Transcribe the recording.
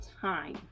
time